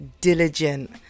diligent